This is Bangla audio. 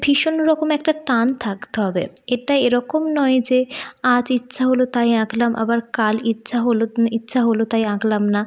ভীষণ রকম একটা টান থাকতে হবে এটা এরকম নয় যে আজ ইচ্ছা হল তাই আঁকলাম আবার কাল ইচ্ছা হল ইচ্ছা হল তাই আঁকলাম না